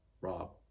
Rob